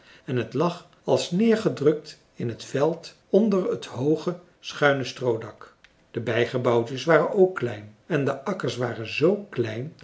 en het lag als neêrgedrukt in het veld onder het hooge schuine stroodak de bijgebouwtjes waren ook klein en de akkers waren zoo klein